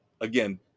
again